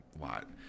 lot